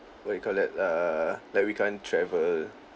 what you call that err like we can't travel